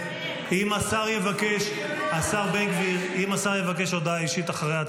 אם השר יבקש הודעה אישית אחרי ההצבעה,